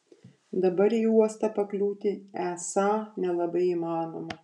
dabar į uostą pakliūti esą nelabai įmanoma